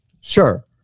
Sure